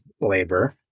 labor